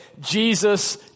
Jesus